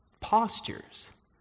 postures